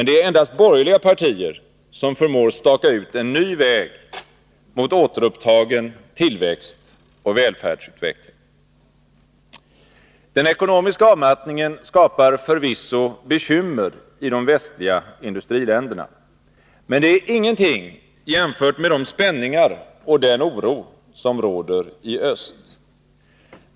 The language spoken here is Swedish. Det är endast borgerliga partier som förmår staka ut en ny väg mot återupptagen tillväxt och välfärdsutveckling. Den ekonomiska avmattningen skapar förvisso bekymmer i de västliga industriländerna. Men det är ingenting jämfört med de spänningar och den oro som råder i öst.